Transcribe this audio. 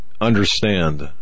Understand